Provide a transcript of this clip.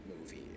movie